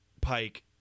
pike